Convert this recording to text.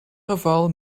geval